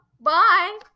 Bye